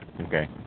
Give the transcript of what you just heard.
Okay